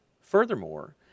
Furthermore